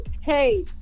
hey